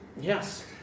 Yes